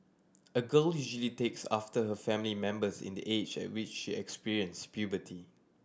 a girl usually takes after her family members in the age at which she experience puberty